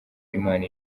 imana